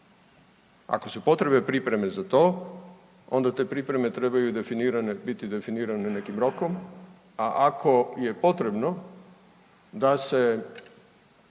Ako su potrebne pripreme za to onda te pripreme trebaju biti definirane nekim rokom, a ako je potrebno da se